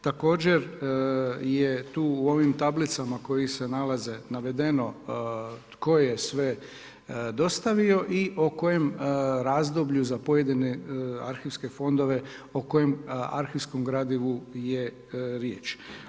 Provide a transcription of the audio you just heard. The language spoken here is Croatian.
Također je tu u ovim tablicama koji se nalaze navedeno tko je sve dostavio i o kojem razdoblju za pojedine arhivske fondove o kojem arhivskom gradivu je riječ.